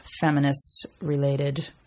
feminist-related